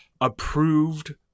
approved